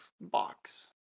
box